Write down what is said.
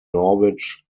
norwich